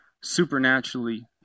supernaturally